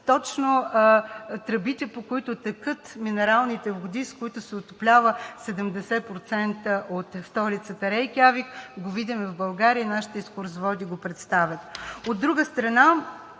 точно тръбите, по които текат минералните води, с които се отоплява 70% от столицата Рейкявик, го видим и в България и нашите екскурзоводи го представят.